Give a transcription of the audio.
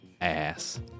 ass